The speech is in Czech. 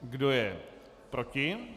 Kdo je proti?